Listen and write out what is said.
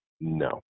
no